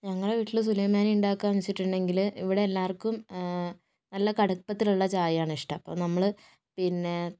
ഞങ്ങളുടെ വീട്ടിൽ സുലൈമാനി ഉണ്ടാക്കുക എന്ന് വെച്ചിട്ടുണ്ടെങ്കിൽ ഇവിടെ എല്ലാവര്ക്കും നല്ല കടുപ്പത്തിലുള്ള ചായയാണ് ഇഷ്ടം അപ്പോൾ നമ്മൾ പിന്നേ